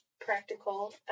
practical